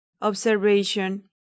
observation